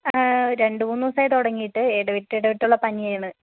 രണ്ട് മൂന്ന് ദിവസമായി തുടങ്ങിയിട്ട് ഇടവിട്ട് ഇടവിട്ടുള്ള പനിയാണ്